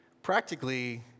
Practically